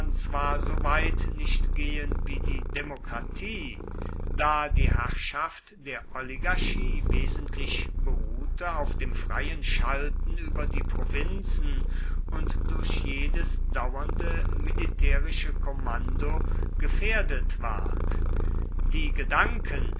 zwar so weit nicht gehen wie die demokratie da die herrschaft der oligarchie wesentlich beruhte auf dem freien schalten über die provinzen und durch jedes dauernde militärische kommando gefährdet ward die gedanken